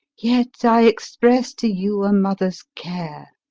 yet i express to you a mother's care.